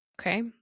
Okay